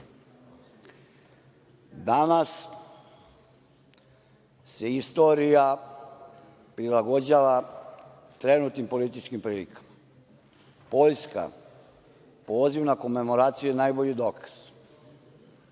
dodam. Danas se istorija prilagođava trenutnim političkim prilikama. Vojska, poziv na komemoraciju je najbolji dokaz.